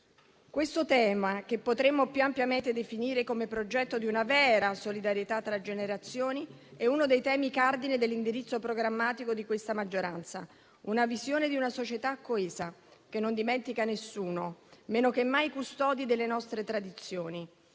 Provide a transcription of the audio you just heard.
Questo tema, che potremmo più ampiamente definire come progetto di una vera solidarietà tra generazioni, è uno dei temi cardine dell'indirizzo programmatico di questa maggioranza; una visione di una società coesa che non dimentica nessuno, meno che mai i custodi delle nostre tradizioni,